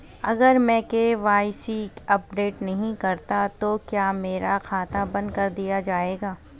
अगर मैं KYC update नहीं करता तो क्या मेरा खाता बंद कर दिया जाएगा?